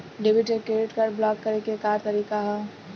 Debit या credit card block करे के का तरीका ह?